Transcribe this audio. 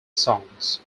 songs